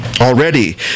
Already